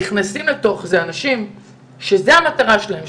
נכנסים אל תוך זה אנשים שזו המטרה שלהם,